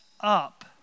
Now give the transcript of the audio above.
up